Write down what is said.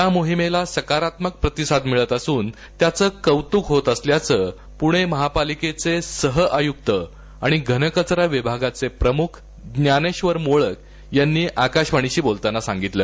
या मोहिमेला सकारात्मक प्रतिसाद मिळत असून त्याचं कौतूक होत असल्याचं पुणे महापालिकेचे सह आयुक्त आणि घनकचरा विभागाचे प्रमुख ज्ञानेधर मोळक यांनी आकाशवाणीशी बोलताना सांगितलं